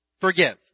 forgive